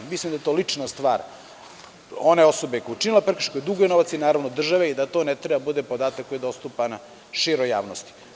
Mislim da je to lična stvar one osobe koja je učinila prekršaj, koja duguje novac i naravno države i da to ne treba da bude podatak koji je dostupan široj javnosti.